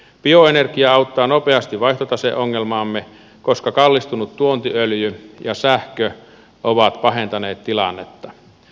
bioenergia auttaa nopeasti vaihtotaseongelmaamme koska kallistuneet tuontiöljy ja sähkö ovat pahentaneet tilannetta